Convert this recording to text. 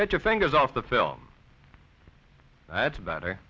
get your fingers off the film that's better